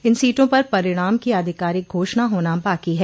इन सीटों पर परिणाम की आधिकारिक घोषणा होना बाकी है